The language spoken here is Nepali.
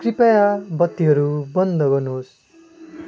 कृपया बत्तीहरू बन्द गर्नुहोस्